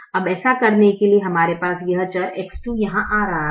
अब ऐसा करने के लिए हमारे पास यह चर X2 यहां आ रहा है